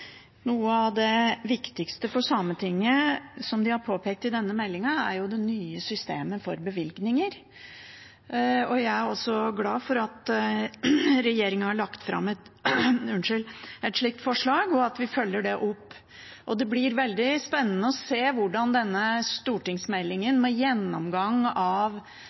Noe av det viktigste for Sametinget, som de har påpekt i denne meldingen, er det nye systemet for bevilgninger. Jeg er glad for at regjeringen har lagt fram et slikt forslag, og at vi følger det opp. Det blir veldig spennende å se når denne stortingsmeldingen, med gjennomgang av